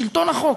שלטון החוק.